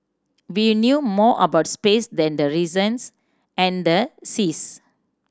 we knew more about space than the reasons and the seas